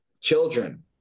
Children